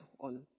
on